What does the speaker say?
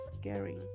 scary